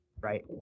right